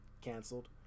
canceled